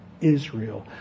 Israel